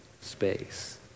space